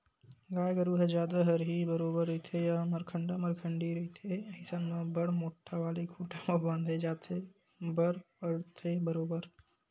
गाय गरु ह जादा हरही बरोबर रहिथे या मरखंडा मरखंडी रहिथे अइसन म बड़ मोट्ठा वाले खूटा म बांधे झांदे बर परथे बरोबर